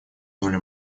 доля